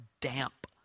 damp